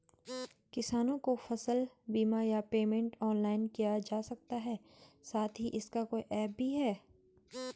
किसानों को फसल बीमा या पेमेंट ऑनलाइन किया जा सकता है साथ ही इसका कोई ऐप भी है?